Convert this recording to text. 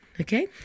okay